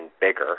bigger